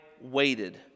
waited